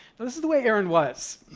this is the way aaron was.